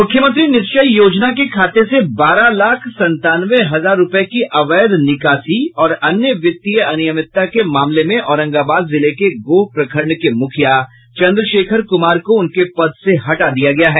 मुख्यमंत्री निश्चय योजना के खाते से बारह लाख संतानवे हजार रूपये की अवैध निकासी और अन्य वित्तीय अनियमितता के मामले में औरंगाबाद जिले के गोह प्रखंड के मुखिया चन्द्रशेखर कुमार को उनके पद से हटा दिया गया है